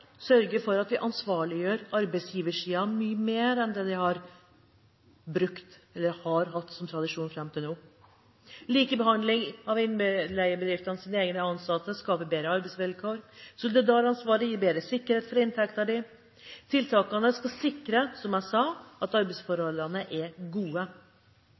for at vi ansvarliggjør arbeidsgiversiden mye mer enn det man har hatt som tradisjon fram til nå. Likebehandling av innleiebedriftenes egne ansatte skaper bedre arbeidsvilkår, og solidaransvaret gir bedre sikkerhet for inntekten. Disse tiltakene skal, som jeg sa, sikre at arbeidsforholdene er gode.